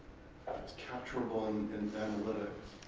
capturable um in analytics.